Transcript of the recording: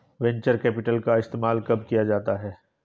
Venture capital का इस्तेमाल कब किया जाता है?